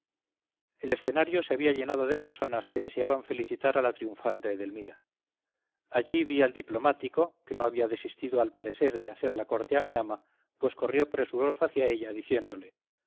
el escenario se había llenado de personajes que deseaban felicitar a la triunfante edelmira allí vi al diplomático que no había desistido al parecer de hacer la corte a mi ama pues corrió presuroso tras ella diciéndole